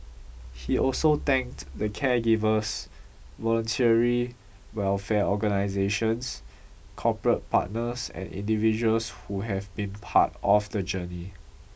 he also thanked the caregivers voluntary welfare organisations corporate partners and individuals who have been part of the journey